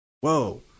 Whoa